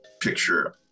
picture